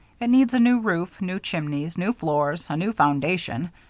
it needs a new roof, new chimneys, new floors, a new foundation,